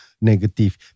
negative